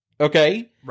okay